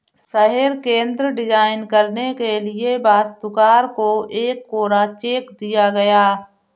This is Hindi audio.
शहर केंद्र डिजाइन करने के लिए वास्तुकार को एक कोरा चेक दिया गया